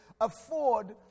afford